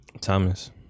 Thomas